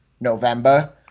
November